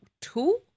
two